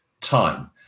time